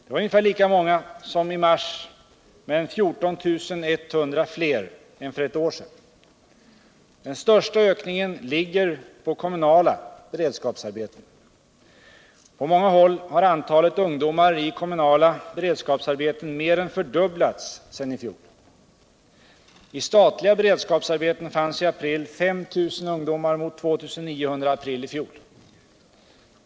Det var ungefär lika många som i mars men 14 100 fler än för ett år sedan. Den största ökningen ligger på kommunala beredskapsarbeten. På många håll har antalet ungdomar i kommunala beredskapsarbeten mer än fördubblats sedan i fjol. I statliga beredskapsarbeten fanns i april 5 000 ungdomar mot 2 900 i april i fjol.